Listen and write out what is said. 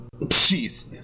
jeez